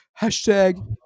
hashtag